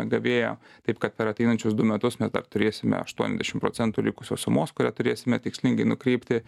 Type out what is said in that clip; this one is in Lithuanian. gavėją taip kad per ateinančius du metus mes dar turėsime aštuoniasdešimt procentų likusios sumos kurią turėsime tikslingai nukreipti